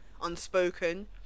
unspoken